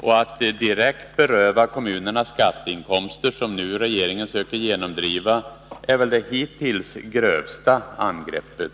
och att direkt beröva kommunerna skatteinkomster, som regeringen nu söker genomdriva förslag om, är väl det hittills grövsta angreppet.